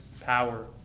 power